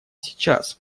сейчас